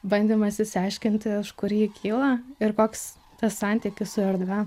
bandymas isiaiškinti iš kur ji kyla ir koks tas santykis su erdve